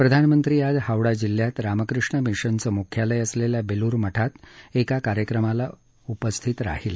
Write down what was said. प्रधानमंत्री आज हावडा जिल्ह्यात रामकृष्ण मिशनचं मुख्यालय असलेल्या बेलूर मठ श्वे एका कार्यक्रमाला उपस्थित राहिले